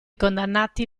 condannati